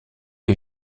est